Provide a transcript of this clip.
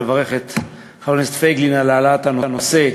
ולברך את חבר הכנסת פייגלין על העלאת הנושא,